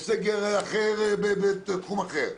וסגר אחר בתחום אחר,